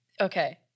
Okay